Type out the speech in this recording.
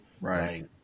Right